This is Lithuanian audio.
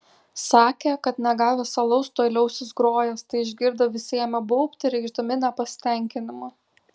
sakė kad negavęs alaus tuoj liausis grojęs tai išgirdę visi ėmė baubti reikšdami nepasitenkinimą